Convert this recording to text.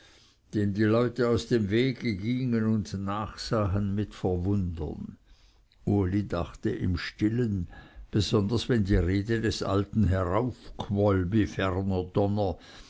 dem die leute aus dem wege gingen und nachsahen mit verwundern uli dachte im stillen besonders wenn die rede des alten heraufquoll wie ferner donner